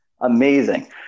Amazing